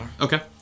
Okay